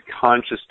conscious